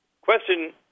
Question